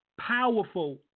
Powerful